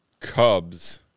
cubs